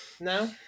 no